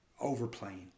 overplaying